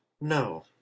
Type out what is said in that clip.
No